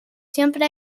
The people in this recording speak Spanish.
siempre